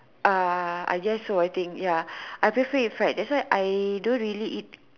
uh I just avoiding ya I prefer it fried that's why I don't really eat